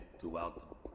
throughout